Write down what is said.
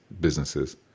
businesses